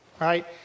Right